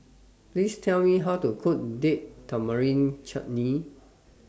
Please Tell Me How to Cook Date Tamarind Chutney